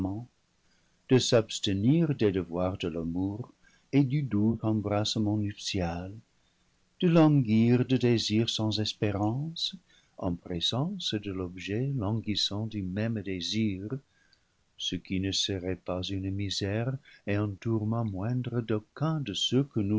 de s'abstenir des devoirs de l'amour et du doux embrassement nuptial de languir de désir sans espé rance en présence de l'objet languissant du même désir ce qui ne serait pas une misère et un tourment moindre qu'au cun de ceux que